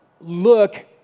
look